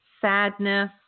sadness